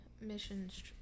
missions